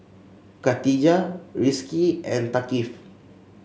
Katijah Rizqi and Thaqif